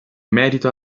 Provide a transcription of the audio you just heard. merito